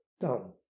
done